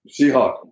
Seahawk